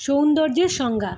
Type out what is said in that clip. সৌন্দর্যের সংজ্ঞা